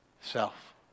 self